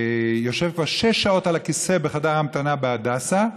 שיושב כבר שש שעות על כיסא בחדר ההמתנה בהדסה,